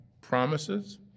promises